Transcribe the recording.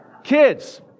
Kids